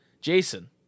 Jason